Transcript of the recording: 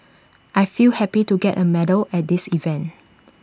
I feel happy to get A medal at this event